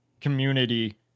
community